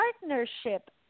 partnership